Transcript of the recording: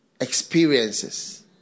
experiences